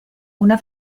una